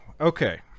okay